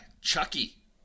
Chucky